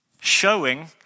showing